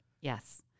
Yes